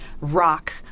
rock